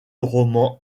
romans